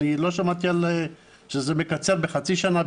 לא שמעתי שזה מקצר בחצי שנה,